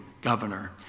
governor